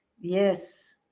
yes